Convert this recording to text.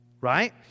right